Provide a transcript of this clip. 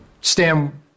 Stan